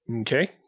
Okay